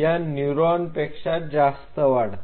या न्यूरॉन पेक्षा जास्त वाढतात